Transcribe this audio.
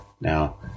Now